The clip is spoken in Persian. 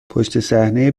پشتصحنهی